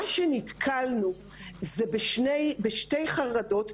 מה שנתקלנו זה בשתי חרדות,